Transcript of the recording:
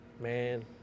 Man